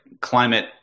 climate